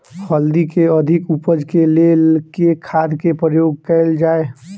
हल्दी केँ अधिक उपज केँ लेल केँ खाद केँ प्रयोग कैल जाय?